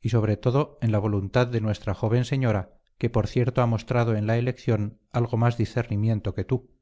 y sobre todo en la voluntad de nuestra joven señora que por cierto ha mostrado en la elección algo más discernimiento que tú